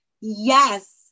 Yes